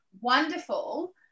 wonderful